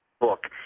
book